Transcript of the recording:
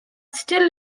still